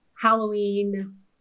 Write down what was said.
Halloween